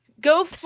Go